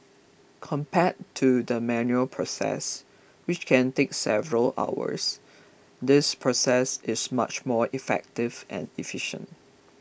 compared to the manual process which can take several hours this process is much more effective and efficient